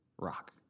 rock